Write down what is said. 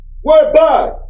whereby